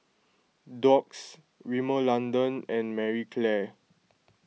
Doux Rimmel London and Marie Claire